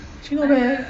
actually not bad leh